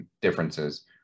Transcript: differences